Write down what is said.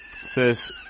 says